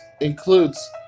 includes